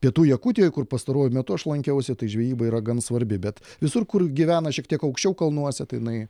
pietų jakutijoj kur pastaruoju metu aš lankiausi tai žvejyba yra gan svarbi bet visur kur gyvena šiek tiek aukščiau kalnuose tai jinai